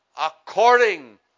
according